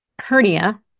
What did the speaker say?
hernia